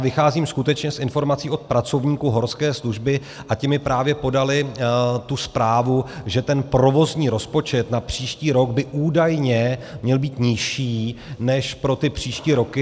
Vycházím skutečně z informací od pracovníků Horské služby a ti mi právě podali tu zprávu, že ten provozní rozpočet na příští rok by údajně měl být nižší než pro příští roky.